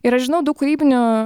ir aš žinau daug kūrybinių